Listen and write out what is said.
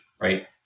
right